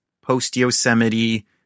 post-Yosemite